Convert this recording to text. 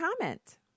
comment